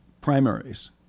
primaries